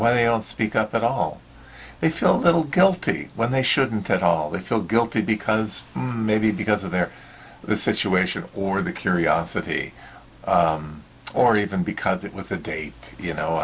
why they don't speak up at all they feel a little guilty when they shouldn't at all they feel guilty because maybe because of their situation or the curiosity or even because it was a date you